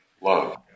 Love